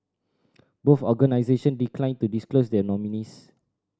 both organisation declined to disclose their nominees